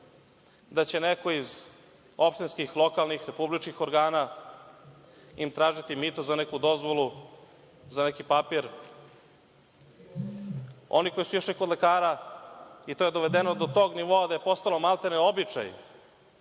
da će neko iz opštinskih, lokalnih, republičkih organa im tražiti mito za neku dozvolu, za neki papir. Oni koji su išli kod lekara, i to je dovedeno do tog nivoa da je postalo maltene običaj,